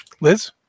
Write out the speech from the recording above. liz